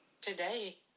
today